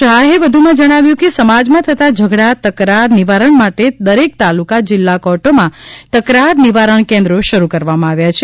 શાહે વધુમાં જણાવ્યું છે કે સમાજમાં થતાં ઝઘડા તકરાર નિવારણ માટે દરેક તાલુકા જિલ્લા કોર્ટોમાં તકરાર નિવારણ કેન્દ્રો શરૂ કરવામાં આવ્યા છે